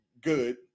good